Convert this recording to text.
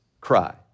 cry